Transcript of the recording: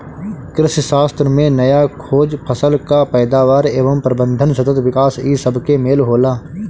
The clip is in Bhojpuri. कृषिशास्त्र में नया खोज, फसल कअ पैदावार एवं प्रबंधन, सतत विकास इ सबके मेल होला